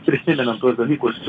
prisimenam tuos dalykus